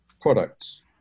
products